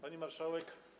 Pani Marszałek!